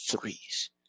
threes